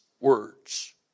words